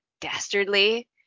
dastardly